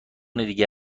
دیگه